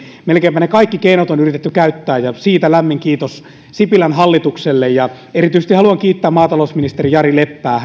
melkeinpä kaikki keinot on yritetty käyttää ja siitä lämmin kiitos sipilän hallitukselle erityisesti haluan kiittää maatalousministeri jari leppää